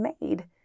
made